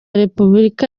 repubulika